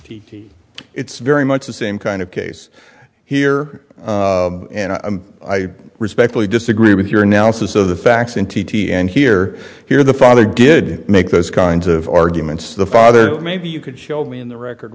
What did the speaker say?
cases it's very much the same kind of case here and i respectfully disagree with your analysis of the facts in t t and here here the father did make those kinds of arguments the father maybe you could show me in the record